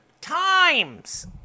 times